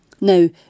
Now